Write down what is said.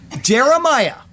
Jeremiah